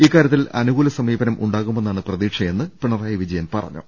ഇക്കാ രൃത്തിൽ അനുകൂല സമീപനം ഉണ്ടാകുമെന്നാണ് പ്രതീ ക്ഷയെന്നും പിണറായി വിജയൻ പറഞ്ഞു